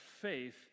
faith